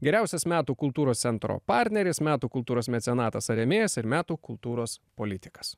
geriausias metų kultūros centro partneris metų kultūros mecenatas ar rėmėjas ir metų kultūros politikas